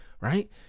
Right